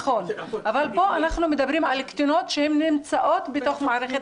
אבל פה מדובר על קטינות שנמצאות בתוך מערכת